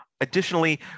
Additionally